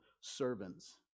servants